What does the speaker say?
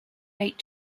eight